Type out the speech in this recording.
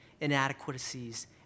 inadequacies